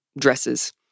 dresses